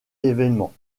événement